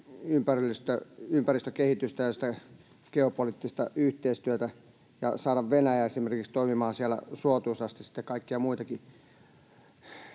ympäristökehitystä ja sitä geopoliittista yhteistyötä ja saada esimerkiksi Venäjä toimimaan siellä suotuisasti sitten kaikkia muitakin